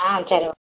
ஆ சரி ஓகே